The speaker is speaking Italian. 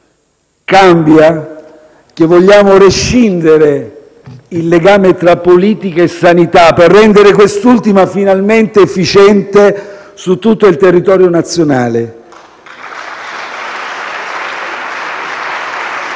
Cambia che vogliamo rescindere il legame tra politica e sanità, per rendere quest'ultima finalmente efficiente su tutto il territorio nazionale.